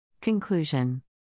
Conclusion